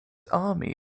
army